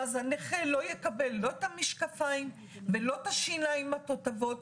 ואז הנכה לא יקבל לא את המשקפיים ולא את השיניים התותבות.